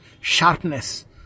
sharpness